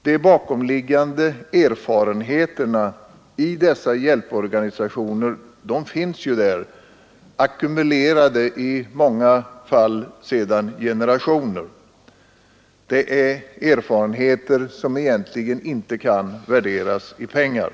De bakomliggande erfarenheterna finns ju hos dessa hjälporganisationer, ackumulerade — i många fall sedan generationer. Det är erfarenheter som egentligen inte kan värderas i pengar.